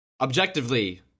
objectively